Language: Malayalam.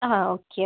ആ ഓക്കെ